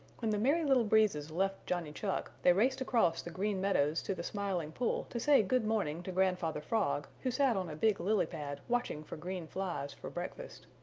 when the merry little breezes left johnny chuck they raced across the green meadows to the smiling pool to say good morning to grandfather frog who sat on a big lily pad watching for green flies for breakfast.